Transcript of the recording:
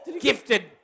Gifted